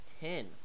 ten